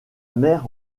mère